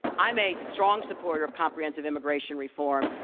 i'm a strong supporter of comprehensive immigration reform.